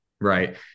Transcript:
right